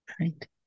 right